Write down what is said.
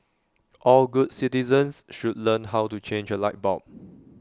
all good citizens should learn how to change A light bulb